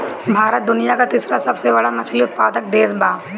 भारत दुनिया का तीसरा सबसे बड़ा मछली उत्पादक देश बा